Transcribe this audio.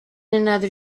another